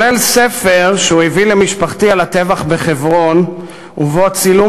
וכולל ספר שהוא הביא למשפחתי על הטבח בחברון ובו צילום